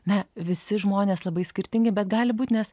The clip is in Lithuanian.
na visi žmonės labai skirtingi bet gali būt nes